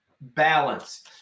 balance